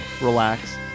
relax